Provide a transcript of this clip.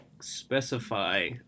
specify